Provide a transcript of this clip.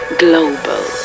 global